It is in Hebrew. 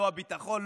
לא הביטחון,